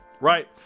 right